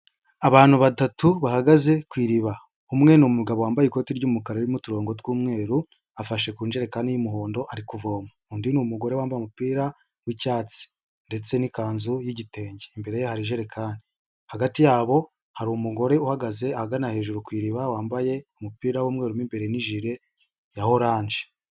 Abantu batatu bahagaze ku iriba, umwe ni umugabo wambaye ikoti ry'umukara ririmo uturongo tw'umweru, afashe ku njerekani y'umuhondo ari kuvoma. Undi ni umugore wambaye umupira w'icyatsi ndetse n'ikanzu y'igitenge. Imbere ye hari ijerekani. Hagati yabo hari umugore uhagaze ahagana hejuru ku iriba wambaye umupira w'umweru mo imbere n'ijire ya orange.